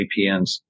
APNs